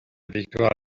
victoire